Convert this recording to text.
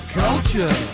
culture